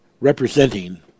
representing